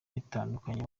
bitandukanye